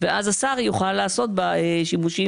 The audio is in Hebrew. כדי שהשר יוכל לעשות בה שימוש.